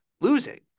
losing